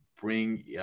bring